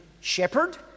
shepherd